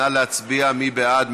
נא להצביע, מי בעד?